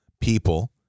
people